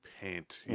Paint